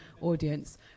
audience